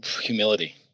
Humility